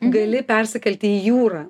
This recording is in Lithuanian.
gali persikelti į jūrą